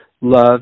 love